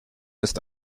ist